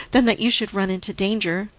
than that you should run into danger.